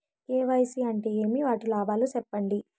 KYC అంటే ఏమి? వాటి లాభాలు సెప్పండి?